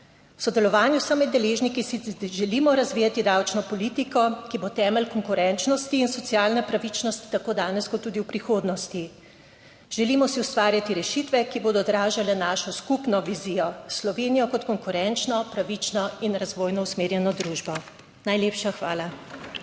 V sodelovanju z vsemi deležniki si želimo razvijati davčno politiko, ki bo temelj konkurenčnosti in socialne pravičnosti tako danes kot tudi v prihodnosti. Želimo si ustvarjati rešitve, ki bodo odražale našo skupno vizijo: Slovenijo kot konkurenčno, pravično in razvojno usmerjeno družbo. Najlepša hvala.